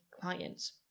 clients